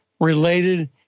related